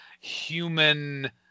human